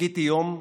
חיכיתי יום,